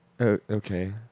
Okay